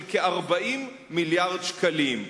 של כ-40 מיליארד שקלים.